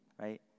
right